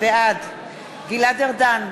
בעד גלעד ארדן,